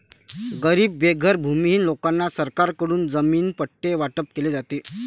गरीब बेघर भूमिहीन लोकांना सरकारकडून जमीन पट्टे वाटप केले जाते